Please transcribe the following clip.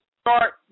start